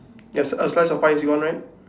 there's a slice of pie is it one right